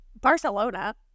Barcelona